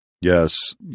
Yes